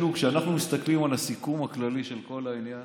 כשאנחנו מסתכלים על הסיכום הכללי של כל העניין